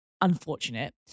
unfortunate